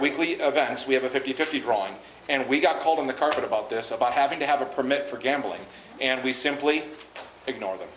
weekly events we have a fifty fifty drawing and we got called on the carpet about this about having to have a permit for gambling and we simply ignore